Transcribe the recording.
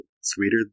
sweeter